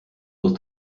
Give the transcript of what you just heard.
muss